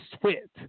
sweat